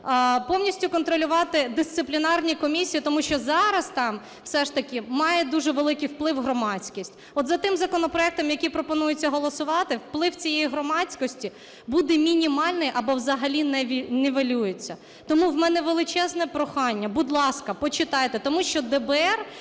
повністю контролювати дисциплінарні комісії, тому що зараз там все ж таки має дуже великий вплив громадськість. От за тим законопроектом, який пропонується голосувати, вплив цієї громадськості буде мінімальний або взагалі нівелюється. Тому у мене величезне прохання, будь ласка, почитайте, тому що ДБР